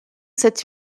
sept